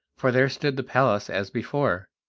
for there stood the palace as before!